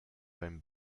beim